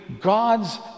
God's